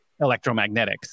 electromagnetics